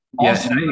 Yes